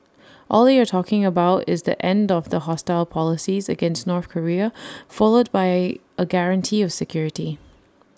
all they are talking about is the end of the hostile policies against North Korea followed by A guarantee of security